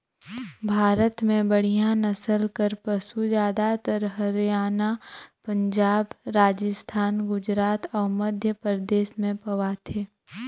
भारत में बड़िहा नसल कर पसु जादातर हरयाना, पंजाब, राजिस्थान, गुजरात अउ मध्यपरदेस में पवाथे